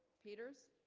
peters